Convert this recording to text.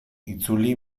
itzuli